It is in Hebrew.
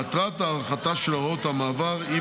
מטרת הארכתה של הוראת המעבר היא,